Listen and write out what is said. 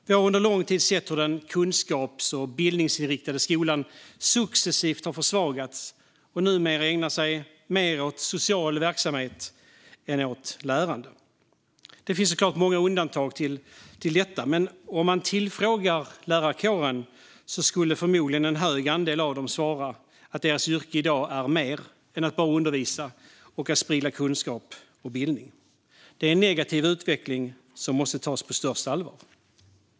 Vi har under lång tid sett hur den kunskaps och bildningsinriktade skolan successivt har försvagats och numera ägnar sig mer åt social verksamhet än åt lärande. Det finns såklart många undantag, men om man frågar lärarkåren skulle förmodligen en hög andel svara att deras yrke i dag handlar om mer än att bara undervisa och förmedla kunskap och sprida bildning. Det är en negativ utveckling som måste tas på största allvar.